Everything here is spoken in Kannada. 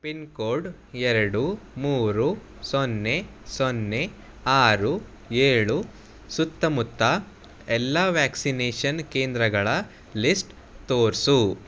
ಪಿನ್ ಕೋಡ್ ಎರಡು ಮೂರು ಸೊನ್ನೆ ಸೊನ್ನೆ ಆರು ಏಳು ಸುತ್ತಮುತ್ತ ಎಲ್ಲ ವ್ಯಾಕ್ಸಿನೇಷನ್ ಕೇಂದ್ರಗಳ ಲಿಸ್ಟ್ ತೋರಿಸು